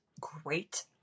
great